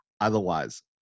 otherwise